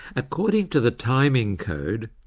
according to the timing code,